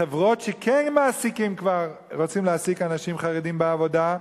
חברות שרוצות להעסיק אנשים חרדים בעבודה,